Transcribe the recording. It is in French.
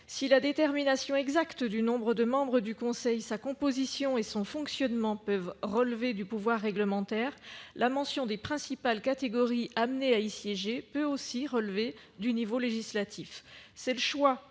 Si la détermination exacte du nombre de membres du conseil d'administration, de sa composition et de son fonctionnement peut relever du pouvoir réglementaire, la mention des principales catégories de représentants amenés à y siéger peut aussi relever du niveau législatif. C'est le choix